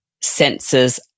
senses